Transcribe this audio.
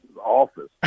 office